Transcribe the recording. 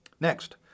Next